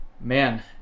man